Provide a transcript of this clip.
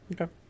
Okay